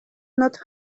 not